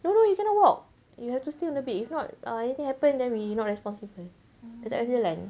no no you cannot walk you have to stay on the bed if not anything happen then we not responsible dia tak kasi jalan